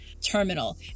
terminal